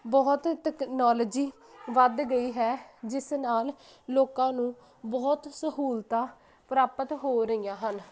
ਬਹੁਤ ਤਕਨੌਲੋਜੀ ਵੱਧ ਗਈ ਹੈ ਜਿਸ ਨਾਲ਼ ਲੋਕਾਂ ਨੂੰ ਬਹੁਤ ਸਹੂਲਤਾਂ ਪ੍ਰਾਪਤ ਹੋ ਰਹੀਆਂ ਹਨ